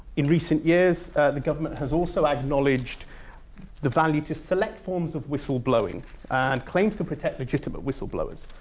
in recent years the government has also acknowledged the value to select forms of whistleblowing and claims to protect legitimate whistleblowers.